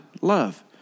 love